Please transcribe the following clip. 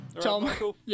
Tom